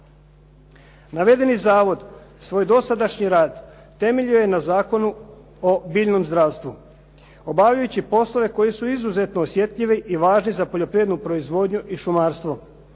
Navedeni zavod svoj dosadašnji rad temeljio je na Zakonu o biljnom zdravstvu obavljajući poslove koji su izuzetno osjetljivi i važni za poljoprivrednu proizvodnju i šumarstvo